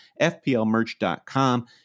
FPLmerch.com